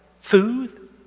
food